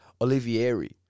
Olivieri